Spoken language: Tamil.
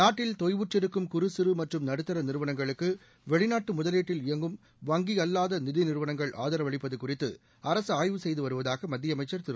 நாட்டில் தொய்வுற்றிருக்கும் குறு சிறு மற்றம் நடுத்தர நிறுவனங்களுக்கு வெளிநாட்டு முதலீட்டில் இயங்கும் வங்கி அல்லாத நிதி நிறுவனங்கள் ஆதரவளிப்பது குறித்து அரசு ஆய்வு செய்து வருவதாக மத்திய அமைச்சர் திரு